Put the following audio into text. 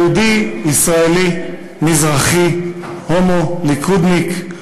יהודי, ישראלי, מזרחי, הומו, ליכודניק,